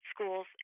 schools